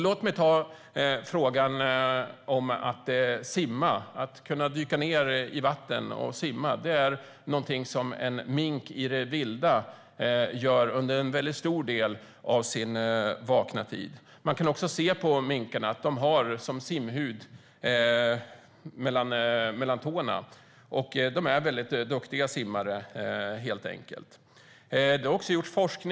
Låt mig ta frågan om att kunna dyka ned i vatten och simma. Det gör en mink i det vilda under stor del av sin vakna tid. Minkar har simhud mellan tårna och är duktiga simmare.